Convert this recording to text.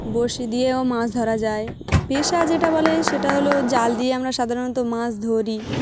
বড়শি দিয়েও মাছ ধরা যায় পেশা যেটা বলে সেটা হলো জাল দিয়ে আমরা সাধারণত মাছ ধরি